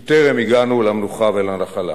כי טרם הגענו למנוחה ולנחלה.